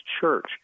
church